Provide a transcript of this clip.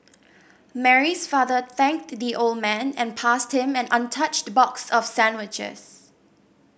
Mary's father thanked the old man and passed him an untouched box of sandwiches